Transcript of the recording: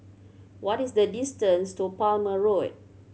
what is the distance to Palmer Road